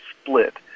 split